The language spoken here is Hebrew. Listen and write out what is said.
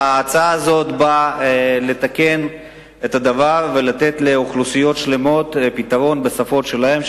ההצעה הזאת באה לתקן את הדבר ולתת לאוכלוסיות שלמות פתרון בשפות שלהן.